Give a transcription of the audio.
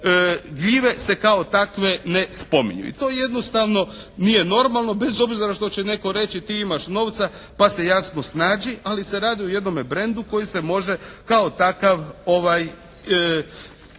gljive se kao takve ne spominju. I to jednostavno nije normalno, bez obzira što će netko reći ti imaš novca pa se jasno snađi. Ali se radi o jednome brendu koji se može kao takav